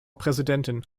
präsidentin